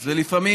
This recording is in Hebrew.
לפעמים,